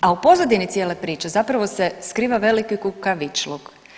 A u pozadini cijele priče zapravo se skriva veliki kukavičluk.